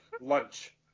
Lunch